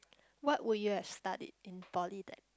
what would you have studied in poly then